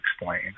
explain